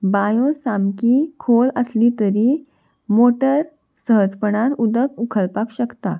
बांयो सामकी खोल आसली तरी मोटर सहजपणान उदक उखलपाक शकता